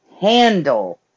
handle